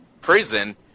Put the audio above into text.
prison